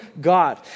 God